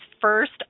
first